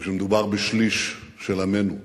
ושמדובר בשליש של עמנו,